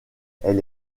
elle